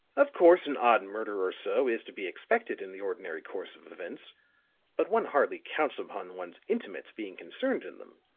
of course, an odd murder or so is to be expected in the ordinary course of events but one hardly counts upon one's intimates being concerned in them.